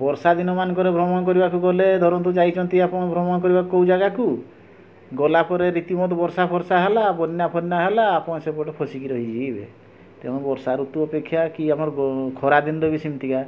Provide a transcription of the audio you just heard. ବର୍ଷାଦିନ ମାନଙ୍କରେ ଭ୍ରମଣ କରିବାକୁ ଗଲେ ଧରନ୍ତୁ ଯାଇଛନ୍ତି ଆପଣ ଭ୍ରମଣ କରିବାକୁ କେଉଁ ଜାଗାକୁ ଗଲା ପରେ ରୀତିମତ ବର୍ଷା ଫର୍ଷା ହେଲା ବନ୍ୟା ଫନ୍ୟା ହେଲା ଆପଣ ସେପଟେ ଫସିକି ରହିଯିବେ ତେଣୁ ବର୍ଷା ଋତୁ ଅପେକ୍ଷା କି ଆମର ଖରାଦିନଟା ବି ସେମିତିକା